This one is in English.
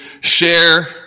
share